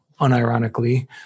unironically